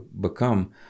become